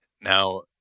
Now